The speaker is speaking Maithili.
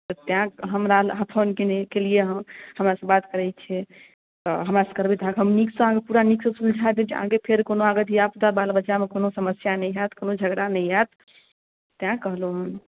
तऽ तैँ हमरा अहाँ फोन केलियैए हमरासँ बात करै छियै तऽ हमरासँ करबै तऽ हम नीकसँ अहाँकेँ पूरा नीकसँ सुलझा देब जे आगाँ फेर कोनो अहाँके धियापुता बाल बच्चामे कोनो समस्या नहि हैत कोनो झगड़ा नहि हैत तैँ कहलहुँ हेँ